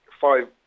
five